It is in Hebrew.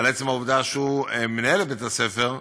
בעצם העובדה שהוא מנהל את בית-הספר,